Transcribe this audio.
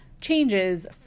changes